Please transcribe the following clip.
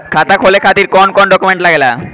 खाता खोले के खातिर कौन कौन डॉक्यूमेंट लागेला?